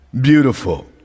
beautiful